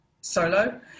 solo